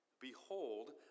Behold